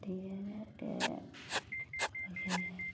अथी हेतै